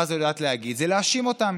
הזאת יודעת להגיד זה להאשים אותם.